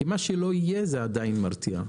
כי מה שלא יהיה זה עדיין מרתיע.